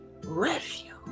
refuge